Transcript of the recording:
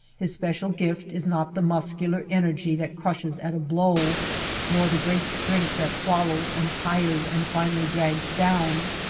his special gift is not the muscular energy that crushes at a blow nor the great strength that follows and tires and finally drags down.